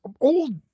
old